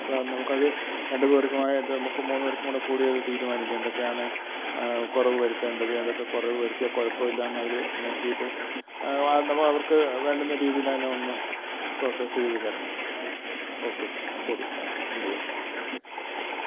ഇപ്പം നമുക്ക് അത് രണ്ട് പേർക്കുമായിട്ട് നമുക്ക് മൂന്ന് പേർക്കും കൂടെ കൂടിയത് തീരുമാനിക്കാം എന്തൊക്കെയാണ് കുറവ് വരുത്തേണ്ടത് ഏതൊക്കെ കുറവ് വരുത്തിയാൽ കുഴപ്പമില്ല എന്നവർ നോക്കിയിട്ട് അവർക്ക് വേണ്ടുന്ന രീതിയിൽ അതിനെ ഒന്ന് പ്രോസസ്സ് ചെയ്തു തരണം ഓക്കേ ശരി ഓ രണ്ട് ദിവസം ഓക്കേ ഓക്കേ ശരി